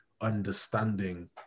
understanding